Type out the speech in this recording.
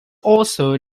also